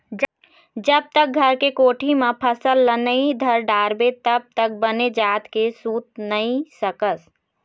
जब तक घर के कोठी म फसल ल नइ धर डारबे तब तक बने जात के सूत नइ सकस